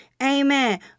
Amen